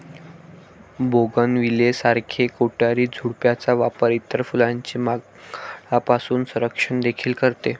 bougainvillea सारख्या काटेरी झुडपांचा वापर इतर फुलांचे माकडांपासून संरक्षण देखील करते